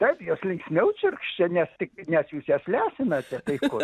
taip jos linksmiai čirškia nes tik nes jūs jas lesinate tai ko